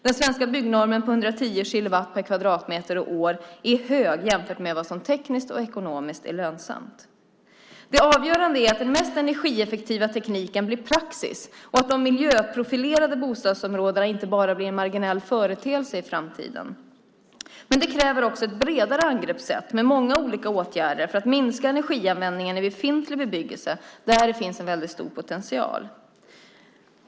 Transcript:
Den svenska byggnormen på 110 kilowatt per kvadratmeter och år är hög jämfört med vad som tekniskt och ekonomiskt är lönsamt. Det avgörande är att den mest energieffektiva tekniken blir praxis och att de miljöprofilerade bostadsområdena inte bara blir en marginell företeelse i framtiden. Men det kräver också ett bredare angreppssätt med många olika åtgärder för att minska energianvändningen i befintlig bebyggelse där det finns en väldigt stor potential.